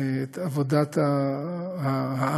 את עבודת ההעמקה,